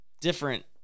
different